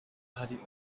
hari